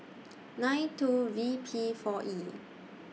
nine two V P four E